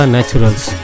Naturals